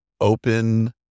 open